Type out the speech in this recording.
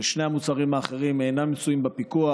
שני המוצרים האחרים אינם מצויים בפיקוח